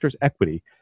Equity